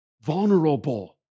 vulnerable